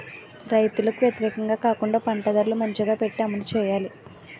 రైతులకు వ్యతిరేకంగా కాకుండా పంట ధరలు మంచిగా పెట్టి అమలు చేయాలి